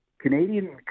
Canadian